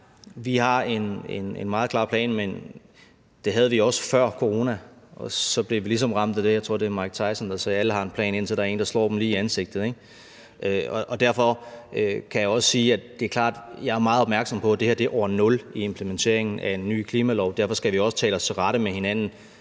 Vi har en meget klar plan, men det havde vi også før corona, og så blev vi ligesom ramt af det. Jeg tror, at det var Mike Tyson, der sagde: Alle har en plan, indtil der er en, der slår dem lige i ansigtet. Og derfor kan jeg også sige, at jeg er meget opmærksom på, at det her er år nul i implementeringen af en ny klimalov, og derfor skal vi også tale os til rette med hinanden,